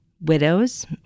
widows